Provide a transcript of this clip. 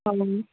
खालामो